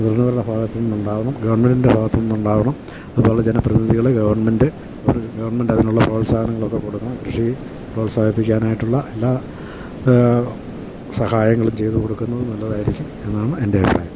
മുതിർന്നവരുടെ ഭാഗത്ത് നിന്നുണ്ടാവണം ഗവൺമെൻ്റിൻ്റെ ഭാത്ത്ന്നുണ്ടാവണം അതുപോലെ ജനപ്രതിനിധികൾ ഗെവൺമെൻ്റ് അവർ ഗെവൺമെൻ്റ് അതിനുള്ള പ്രോത്സാഹങ്ങളൊക്കെ കൊടുക്കണം കൃഷി പ്രോത്സാഹിപ്പിക്കാനായിട്ടുള്ള എല്ലാ സഹായങ്ങളും ചെയ്ത് കൊടുക്കുന്നത് നല്ലതായിരിക്കും എന്നാണ് എൻ്റെ അഭിപ്രായം